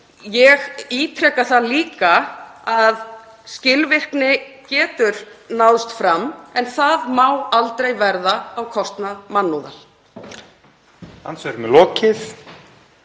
Ég ítreka það líka að skilvirkni getur náðst fram en það má aldrei verða á kostnað mannúðar.